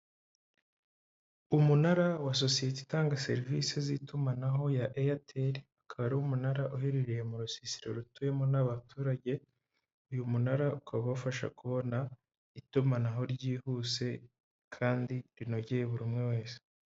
Umunara wa sosiyete itanga serivisi z'itumanaho ya Airtel, akaba ari umunara uherereye mu rusisiro rutuwemo n'abaturage, uyu munara ukaba ubafasha kubona itumanaho ryihuse kandi rinogeye buri umwe wese.